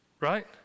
Right